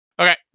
Okay